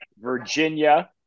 virginia